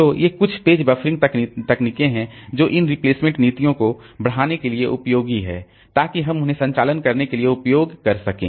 तो ये कुछ पेज बफ़रिंग तकनीकें हैं जो इन रिप्लेसमेंट नीतियों को बढ़ाने के लिए उपयोगी हैं ताकि हम उन्हें संचालन करने के लिए उपयोग कर सकें